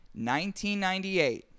1998